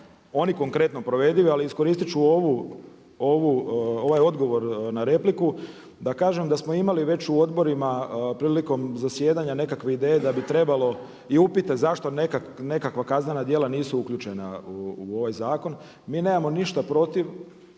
oni konkretno provedivi ali iskoristiti ću ovaj odgovor na repliku da kažem da smo imali već u odborima prilikom zasjedanja nekakve ideje da bi trebalo i upite zašto nekakva kaznena djela nisu uključena u ovaj zakon. Mi nemamo ništa protiv